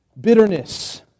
bitterness